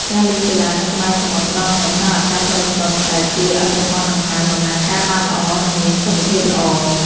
ការលេងកីឡានៅក្បែរសមុទ្រផ្ដល់នូវ ខ្យល់អាកាសបរិសុទ្ធ ដែលជួយឱ្យប្រព័ន្ធដង្ហើមដំណើរការបានល្អ និងមានសុខភាពល្អ។